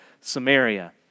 Samaria